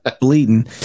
bleeding